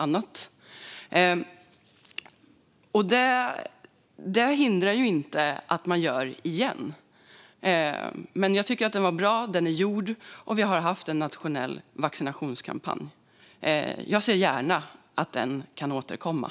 Jag tycker att det är bra att den är gjord, men det hindrar inte att man gör det igen. Vi har haft en nationell vaccinationskampanj. Jag ser gärna att den återkommer.